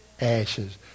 ashes